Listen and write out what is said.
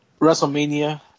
WrestleMania